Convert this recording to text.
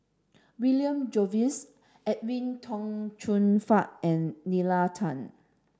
William Jervois Edwin Tong Chun Fai and Nalla Tan